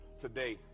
today